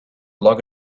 log